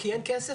כי אין כסף,